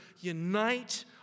unite